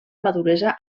maduresa